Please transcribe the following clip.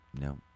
No